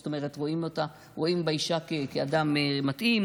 זאת אומרת, רואים אותה, רואים באישה אדם מתאים.